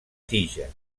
tija